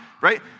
Right